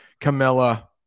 Camilla